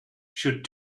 should